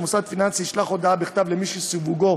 שמוסד פיננסי ישלח הודעה בכתב למי שהוא סיווגו